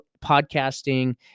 podcasting